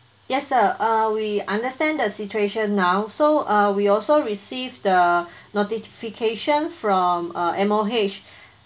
yes sir uh we understand the situation now so uh we also receive the notification from uh M_O_H